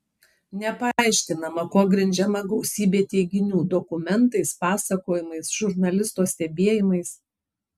nepaaiškinama kuo grindžiama gausybė teiginių dokumentais pasakojimais žurnalisto stebėjimais